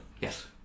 Yes